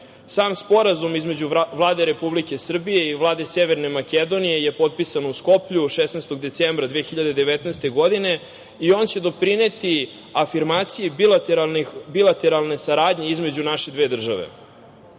sporazum između Vlade Republike Srbije i Vlade Severne Makedonije je potpisan u Skoplju, 16. decembra 2019. godine i on će doprineti afirmaciji bilateralne saradnje između naše dve države.